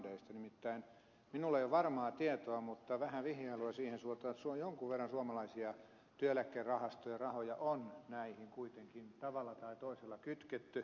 nimittäin minulla ei ole varmaa tietoa mutta vähän vihjailua siihen suuntaan että jonkun verran suomalaisia työeläkerahastojen rahoja on näihin kuitenkin tavalla tai toisella kytketty